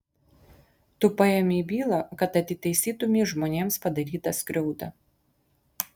tu paėmei bylą kad atitaisytumei žmonėms padarytą skriaudą